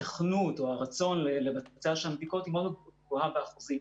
הייתכנות או הרצון לבצע שם בדיקות היא מאוד גבוהה באחוזים.